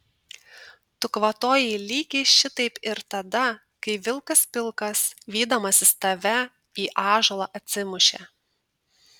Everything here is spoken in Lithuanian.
tu kvatojai lygiai šitaip ir tada kai vilkas pilkas vydamasis tave į ąžuolą atsimušė